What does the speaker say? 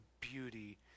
beauty